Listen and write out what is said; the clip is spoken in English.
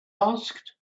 asked